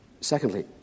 Secondly